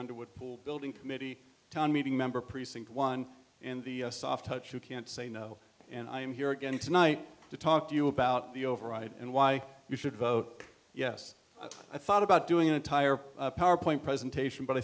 underwood building committee town meeting member precinct one in the soft touch you can't say no and i'm here again tonight to talk to you about the override and why you should vote yes i thought about doing an entire powerpoint presentation but i